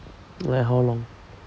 like how long